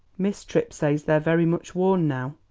miss tripp says they're very much worn now.